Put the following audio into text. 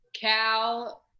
cal